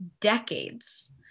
decades